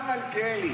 השר מלכיאלי,